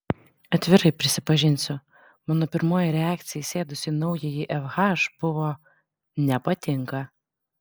atvirai prisipažinsiu mano pirmoji reakcija įsėdus į naująjį fh buvo nepatinka